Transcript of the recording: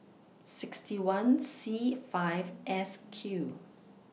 sixty one C five S Q